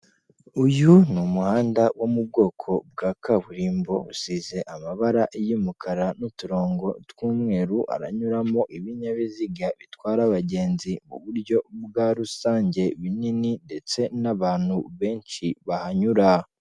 Uyu ni umuhanda wo mu bwoko bwa kaburimbo usize amabara y'umukara n'uturongo tw'umweru, aranyuramo ibinyabiziga bitwara abagenzi mu buryo bwa rusange binini ndetse n'abantu benshi bahanyura.